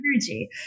energy